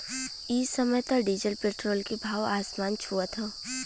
इ समय त डीजल पेट्रोल के भाव आसमान छुअत हौ